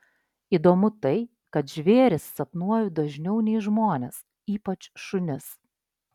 įdomu tai kad žvėris sapnuoju dažniau nei žmones ypač šunis